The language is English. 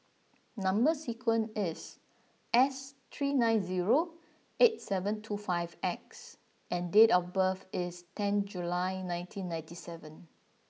number sequence is S three nine zero eight seven two five X and date of birth is ten July nineteen ninety seven